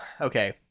okay